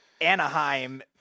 Anaheim